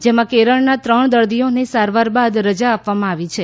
જેમાં કેરળના ત્રણ દર્દીઓને સારવાર બાદ રજા આપવામાં આવી છે